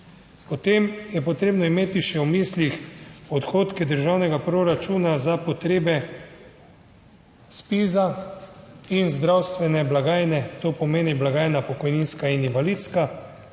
Potem je potrebno imeti še v mislih odhodke državnega proračuna za potrebe ZPIZA in zdravstvene blagajne, to pomeni blagajna, pokojninska in invalidska